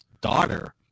daughter